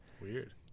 Weird